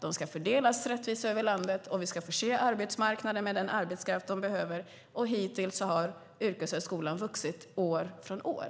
De ska fördelas rättvist över landet. Vi ska förse arbetsmarknaden med den arbetskraft den behöver. Hittills har yrkeshögskolan vuxit år från år.